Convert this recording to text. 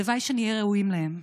הלוואי שנהיה ראויים להם.